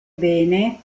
bene